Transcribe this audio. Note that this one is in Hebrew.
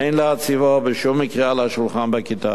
אין להציבו בשום מקרה על השולחן בכיתה.